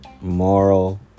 moral